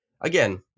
Again